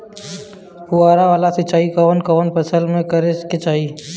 फुहारा वाला सिंचाई कवन कवन फसल में करके चाही?